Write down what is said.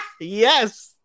Yes